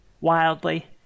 wildly